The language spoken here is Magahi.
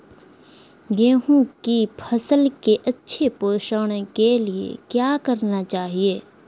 गेंहू की फसल के अच्छे पोषण के लिए क्या करना चाहिए?